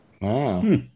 Wow